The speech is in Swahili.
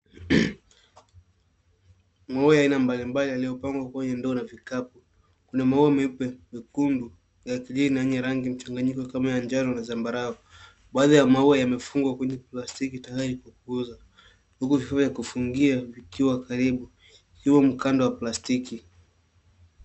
Maua ya aina mbalimbali yaliyopangwa kwenye ndoo na vikapu. Kuna maua meupe , mekundu na vingine yenye rangi mchanganyiko kama ya njano na zambarau. Baadhi ya maua yamefungwa kwenye plastiki tayari kwa kuuza huku vifaa vya kufungia vikiwa karibu hivo mkanda wa plastiki.